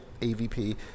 AVP